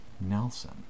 Nelson